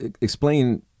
explain